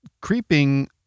creeping